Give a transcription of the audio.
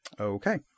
Okay